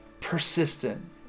persistent